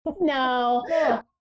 No